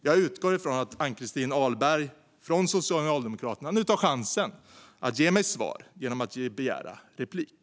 Jag utgår från att Ann-Christin Ahlberg från Socialdemokraterna nu tar chansen att ge mig svar genom att begära replik.